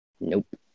Nope